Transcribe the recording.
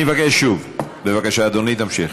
אני מבקש שוב, בבקשה, אדוני, תמשיך.